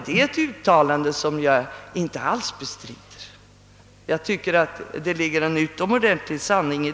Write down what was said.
Det är ett uttalande som jag inte alls bestrider.